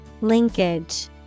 Linkage